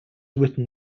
written